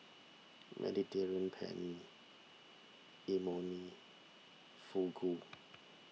Mediterranean Penne Imoni Fugu